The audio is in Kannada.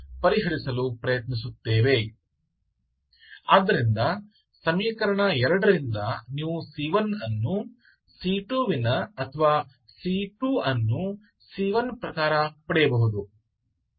ಆದ್ದರಿಂದ ಸಮೀಕರಣ 2 ರಿಂದ ನೀವು c 1 ಅನ್ನು c 2ವಿನ ಅಥವಾ c 2ಅನ್ನು c 1 ಪ್ರಕಾರ ಪಡೆಯಬಹುದು